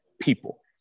people